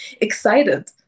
excited